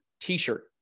t-shirt